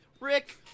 Rick